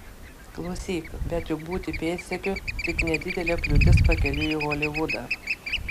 klausyk bet juk būti pėdsekiu tik nedidelė kliūtis pakeliui į holivudą